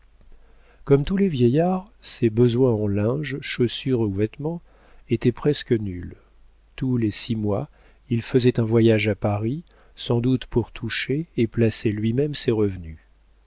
comme tous les vieillards ses besoins en linge chaussure ou vêtements étaient presque nuls tous les six mois il faisait un voyage à paris sans doute pour toucher et placer lui-même ses revenus